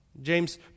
James